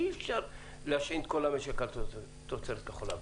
אי אפשר להשעין את כל המשק על תוצרת כחול לבן.